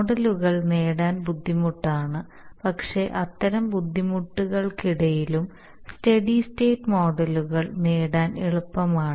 മോഡലുകൾ നേടാൻ ബുദ്ധിമുട്ടാണ് പക്ഷേ അത്തരം ബുദ്ധിമുട്ടുകൾക്കിടയിലും സ്റ്റെഡി സ്റ്റേറ്റ് മോഡലുകൾ നേടാൻ എളുപ്പമാണ്